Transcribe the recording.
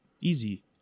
easy